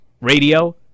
radio